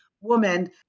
woman